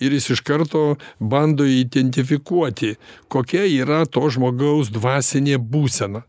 ir jis iš karto bando identifikuoti kokia yra to žmogaus dvasinė būsena